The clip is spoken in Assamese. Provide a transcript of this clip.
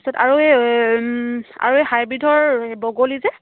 তাৰ পিছত আৰু এই আৰু এই হাইব্ৰ্ৰীডৰ এই বগলী যে